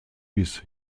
bis